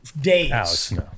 days